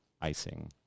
icing